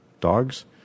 dogs